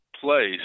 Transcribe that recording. place